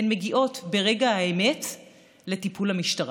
ברגע האמת הן מגיעות לטיפול המשטרה.